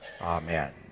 amen